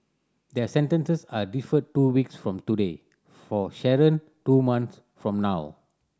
their sentences are deferred two weeks from today for Sharon two months from now